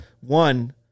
One